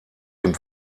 dem